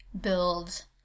build